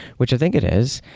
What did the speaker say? which i think it is.